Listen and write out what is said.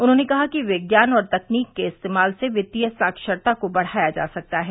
उन्होंने कहा कि विज्ञान और तकनीक के इस्तेमाल से वित्तीय साक्षरता को बढ़ाया जा सकता है